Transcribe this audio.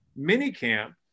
minicamp